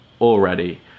already